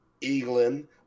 England